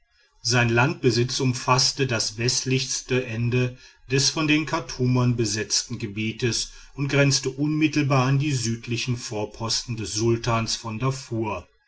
sein landbesitz umfaßte das westlichste ende des von den chartumern besetzten gebietes und grenzte unmittelbar an die südlichsten vorposten des sultans von darfur